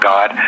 God